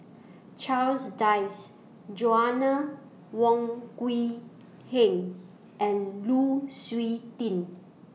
Charles Dyce Joanna Wong Quee Heng and Lu Suitin